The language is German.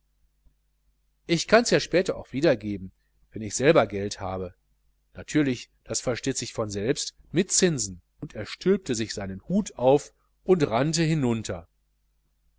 ich kann's ja auch später wiedergeben wenn ich selber geld habe natürlich das versteht sich von selbst mit zinsen und er stülpte sich seinen hut auf und rannte hinunter